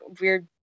weird